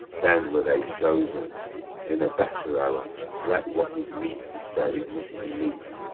then were they chosen in a better hour let what is meet be said it must be meet,